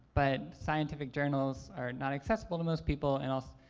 but scientific journals are not accessible to most people and also,